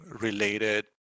related